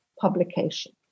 publication